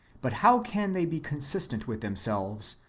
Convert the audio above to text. but how can they be con sistent with themselves,